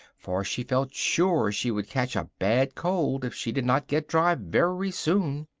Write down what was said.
for she felt sure she would catch a bad cold if she did not get dry very soon.